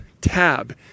tab